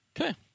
Okay